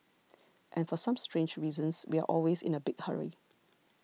and for some strange reasons we are always in a big hurry